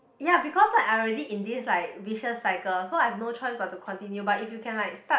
ya because I I already in this like vicious cycle so I have no choice but to continue but if you can like start